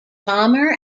palmer